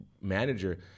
manager